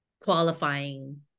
qualifying